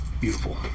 Beautiful